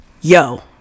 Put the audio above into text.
yo